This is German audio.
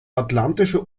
atlantische